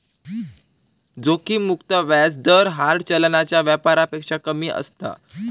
जोखिम मुक्त व्याज दर हार्ड चलनाच्या व्यापारापेक्षा कमी असता